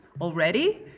already